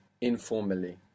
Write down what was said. informally